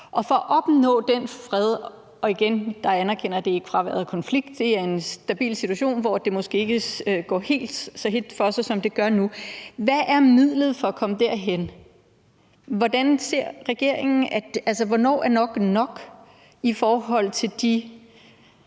en humanitær våbenhvile? Igen anerkender jeg, at fred ikke er fraværet af konflikt; det er en stabil situation, hvor det måske ikke går helt så hedt for sig, som det gør nu. Hvad er midlet til at opnå den fred og komme derhen? Hvornår er nok nok i forhold til de